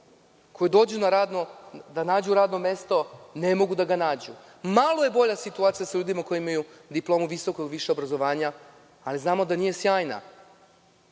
koji dođu da nađu radno mesto ne mogu da ga nađu. Malo je bolja situacija sa ljudima koji imaju diploma visokog ili višeg obrazovanja, ali znamo da nije sjajna.